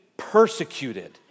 persecuted